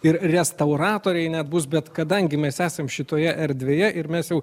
ir restauratoriai net bus bet kadangi mes esam šitoje erdvėje ir mes jau